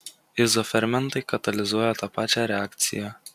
izofermentai katalizuoja tą pačią reakciją